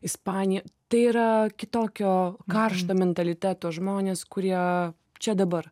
ispanija tai yra kitokio karšto mentaliteto žmonės kurie čia dabar